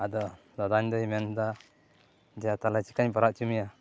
ᱟᱫᱚ ᱫᱟᱫᱟᱧ ᱫᱚᱭ ᱢᱮᱱ ᱮᱫᱟ ᱡᱟ ᱛᱟᱦᱚᱞᱮ ᱪᱮᱠᱟᱧ ᱯᱟᱭᱨᱟ ᱚᱪᱚ ᱢᱮᱭᱟ